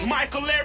Michael